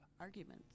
arguments